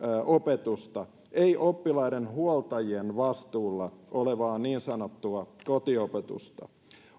opetusta ei oppilaiden huoltajien vastuulla olevaa niin sanottua kotiopetusta